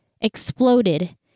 exploded